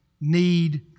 need